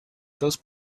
those